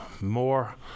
more